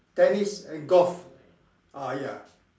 tennis and golf ah ya